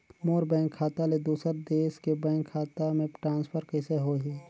मोर bank खाता ले दुसर देश के बैंक खाता मे ट्रांसफर कइसे होही?